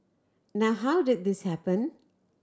now how did this happen